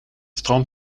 strand